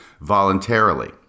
voluntarily